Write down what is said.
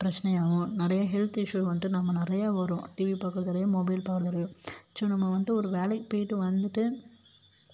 பிரச்சினையாவும் நிறையா health issue வந்ட்டு நம்ம நிறைய வரும் டிவி பார்க்குறதாலையும் மொபைல் பார்க்குறதாலயும் ஸோ நம்ம வந்ட்டு ஒரு வேலைக்கு போயிட்டு வந்துட்டு